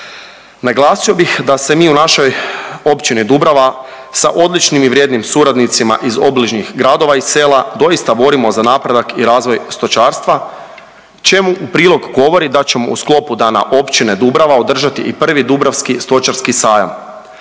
Naglasio bih da se mi u našoj općini Dubrava sa odličnim i vrijednim suradnicima iz obližnjih gradova i sela doista borimo za napredak i razvoj stočarstva čemu u prilog govori da ćemo u sklopu Dana općine Dubrava održati i prvi dubravski stočarski sajam.